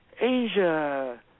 Asia